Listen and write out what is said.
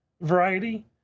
variety